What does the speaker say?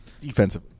defensive